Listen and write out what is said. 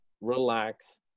relax